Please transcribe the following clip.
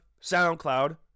soundcloud